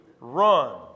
run